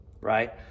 Right